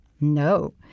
No